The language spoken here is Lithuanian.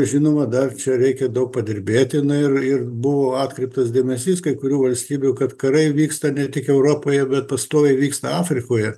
žinoma dar čia reikia daug padirbėti ir ir buvo atkreiptas dėmesys kai kurių valstybių kad karai vyksta ne tik europoje bet pastoviai vyksta afrikoje